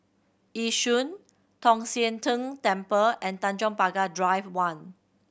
Yishun Tong Sian Tng Temple and Tanjong Pagar Drive One